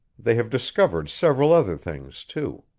they have discovered several other things, too.